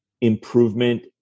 improvement